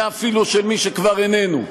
ואפילו של מי שכבר איננו.